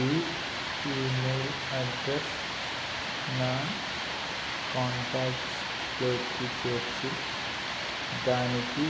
ఈ email address నా contacts లోకి చేర్చి దానికి